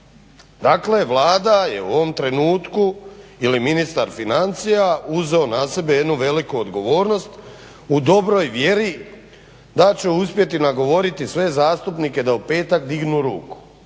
Dakle, Vlada je u ovom trenutku ili ministar financija uzeo na sebe jednu veliku odgovornost u dobroj vjeri da će uspjeti nagovoriti sve zastupnike da u petak dignu ruku.